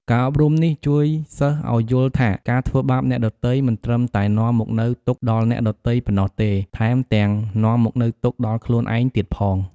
ការអប់រំនេះជួយសិស្សឲ្យយល់ថា ការធ្វើបាបអ្នកដទៃ មិនត្រឹមតែនាំមកនូវទុក្ខដល់អ្នកដទៃប៉ុណ្ណោះទេ ថែមទាំងនាំមកនូវទុក្ខដល់ខ្លួនឯងទៀតផង។